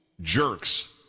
jerks